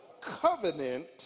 covenant